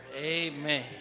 amen